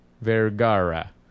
Vergara